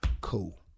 cool